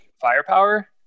firepower